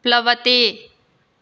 प्लवते